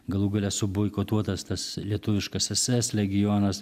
galų gale suboikotuotas tas lietuviškas ss legionas